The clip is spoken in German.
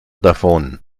davon